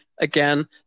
again